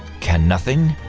can nothing,